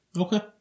Okay